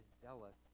zealous